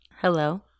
Hello